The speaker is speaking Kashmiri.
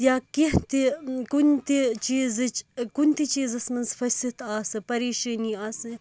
یا کیٚنٛہہ تہِ کُنہِ تہِ چیٖزٕچ کُنہِ تہِ چیٖزَس منٛز پھٔسِتھ آسہِ پَریشٲنی آسہِ